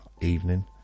evening